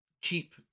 Cheap